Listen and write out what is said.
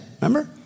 remember